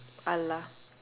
allah